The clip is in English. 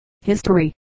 history